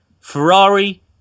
Ferrari